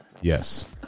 Yes